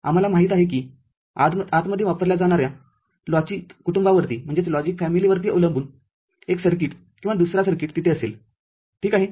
आम्हाला माहित आहे की आतमध्येवापरल्या जाणार्या लॉजिक कुटुंबावरतीअवलंबून एक सर्किट किंवा दुसरा सर्किट तिथे असेलठीक आहे